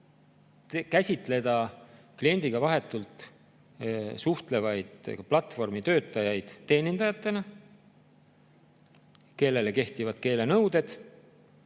käsitleda kliendiga vahetult suhtlevaid platvormitöötajaid teenindajatena, kellele kehtivad keelenõuded.